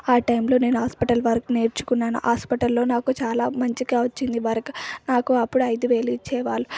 ఆ టైంలో నేను హాస్పిటల్ వర్క్ నేర్చుకున్నాను హస్పటల్లో నాకు చాలా మంచిగా వచ్చింది వర్క్ నాకు అప్పుడు ఐదు వేలు ఇచ్చేవాళ్ళు